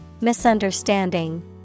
Misunderstanding